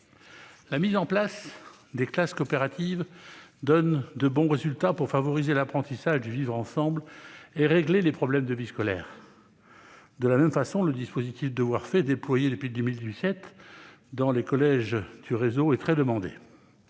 La mise en place des classes coopératives donne de bons résultats pour favoriser l'apprentissage du vivre-ensemble et traiter les problèmes de vie scolaire. De même, le dispositif Devoirs faits, déployé depuis 2017 dans les collèges du réseau, est très demandé.